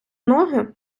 ноги